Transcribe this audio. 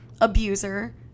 abuser